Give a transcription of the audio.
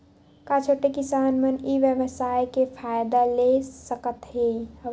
का छोटे किसान मन ई व्यवसाय के फ़ायदा ले सकत हवय?